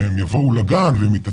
כדי שהם יבואו לגן והם יראו,